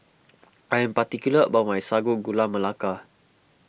I am particular about my Sago Gula Melaka